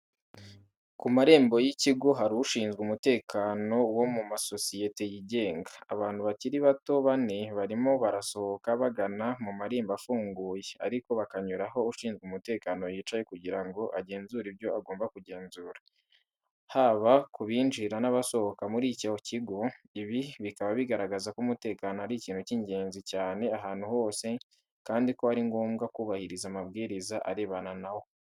Ku marembo y'ikigo hari ushinzwe umutekano wo mu masosiyete yigenga. Abantu bakiri bato bane barimo barasohoka, bagana mu marembo afunguye, ariko bakanyura aho ushinzwe umutekano yicaye kugira ngo agenzure ibyo agomba kugenzura, haba ku binjira n'abasohoka muri icyo kigo. Ibi bikaba bigaragaza ko umutekano ari ikintu cy'ingenzi cyane ahantu hose, kandi ko ari ngombwa kubahiriza amabwiriza arebana na wo.